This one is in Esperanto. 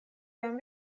jam